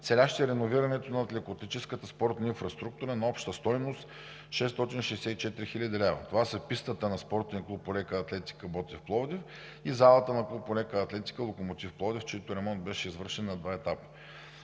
целящи реновирането на лекоатлетическата спортна инфраструктура на обща стойност 664 хил. лв. Това са пистата на Спортния клуб по лека атлетика „Ботев“ – Пловдив, и залата на Клуб по лека атлетика „Локомотив“ – Пловдив, чийто ремонт беше извършен на два етапа.